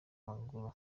maguru